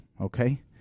Okay